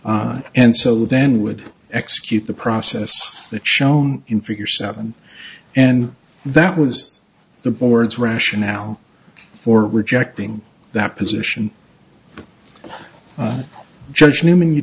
and so then would execute the process that shown in figure seven and that was the board's rationale for rejecting that position judge newman you